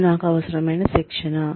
ఇది నాకు అవసరమైన శిక్షణ